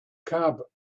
cab